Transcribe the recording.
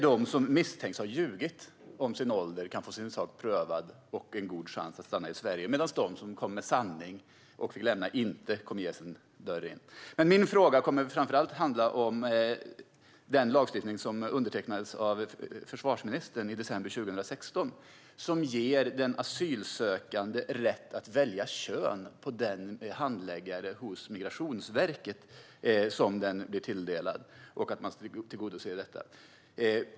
De som misstänks ha ljugit om sin ålder kan få sin sak prövad och ha god chans att få stanna i Sverige, medan de som talade sanning och fick lämna landet inte kommer att ges någon dörr in. Min fråga handlar framför allt om den lagstiftning som undertecknades av försvarsministern i december 2016, som ger den asylsökande rätt att välja kön på sin handläggare på Migrationsverket och slår fast att detta ska tillgodoses.